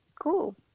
cool